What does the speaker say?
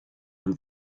ond